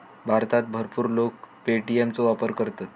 भारतात भरपूर लोक पे.टी.एम चो वापर करतत